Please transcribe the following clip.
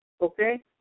okay